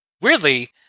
Weirdly